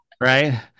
right